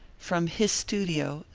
from his studio,